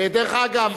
דרך אגב,